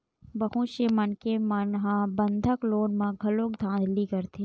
बहुत से मनखे मन ह बंधक लोन म घलो धांधली करथे